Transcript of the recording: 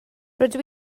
rydw